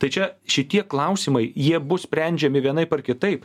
tai čia šitie klausimai jie bus sprendžiami vienaip ar kitaip